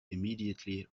immediately